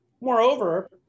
Moreover